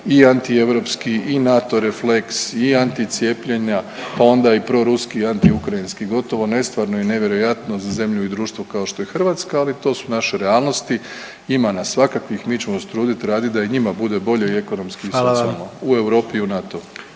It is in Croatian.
i antieuropski i NATO refleks i anticijepljenja pa onda i proruski i antiukrajinski, gotovo nestvarno i nevjerojatno za zemlju i društvo kao što je Hrvatska, ali to su naše realnosti. Ima nas svakakvih, mi ćemo se trudit i radit da i njima bude bolje i ekonomski i socijalno